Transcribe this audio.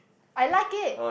I like it